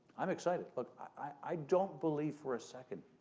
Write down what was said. i'm excited. look, i don't believe for a second